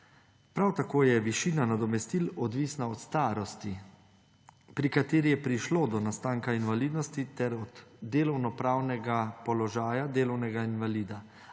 Prav tako je višina nadomestil odvisna od starosti, pri kateri je prišlo do nastanka invalidnosti ter od delovnopravnega položaja delovnega invalida,